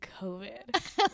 COVID